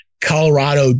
Colorado